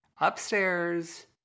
upstairs